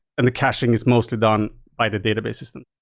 and the caching is mostly done by the database system.